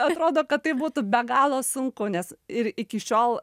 atrodo kad tai būtų be galo sunku nes ir iki šiol